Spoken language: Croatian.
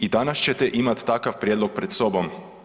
I danas ćete imati takav prijedlog pred sobom.